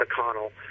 McConnell –